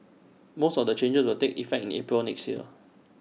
most of the changes will take effect in April next year